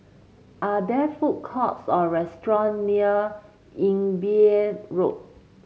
are there food courts or restaurant near Imbiah Road